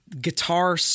guitar